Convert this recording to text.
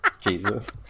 Jesus